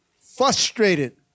frustrated